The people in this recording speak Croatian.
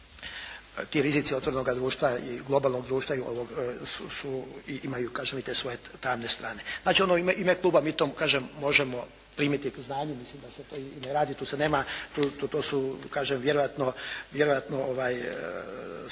ti rizici otvorenoga društva, globalnog društva su, i imaju kažem i te svoje tamne strane. Znači u ime Kluba mi to kažem, možemo primiti k znanju, mislim da se to i ne radi, to se nema, kažem, to su kažem